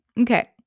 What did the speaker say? Okay